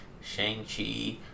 Shang-Chi